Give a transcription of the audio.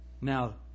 Now